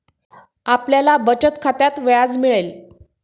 आपल्याला बचत खात्यात व्याज मिळेल